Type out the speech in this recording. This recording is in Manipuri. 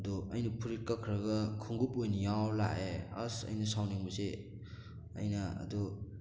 ꯑꯗꯣ ꯑꯩꯅ ꯐꯨꯔꯤꯠ ꯀꯛꯈ꯭꯭ꯔꯒ ꯈꯣꯡꯎꯞ ꯑꯣꯏꯅ ꯌꯥꯎꯔ ꯂꯥꯛꯑꯦ ꯑꯁ ꯑꯩꯅ ꯁꯥꯎꯅꯤꯡꯕꯁꯦ ꯑꯩꯅ ꯑꯗꯣ